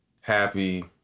happy